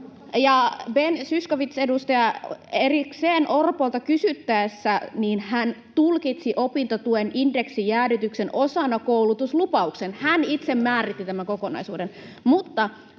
Ben Zyskowicz, erikseen Orpolta kysyttäessä tämä tulkitsi opintotuen indeksijäädytyksen osaksi koulutuslupausta. Hän itse määritti tämän kokonaisuuden. — Mutta